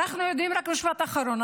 רק משפט אחרון.